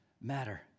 matter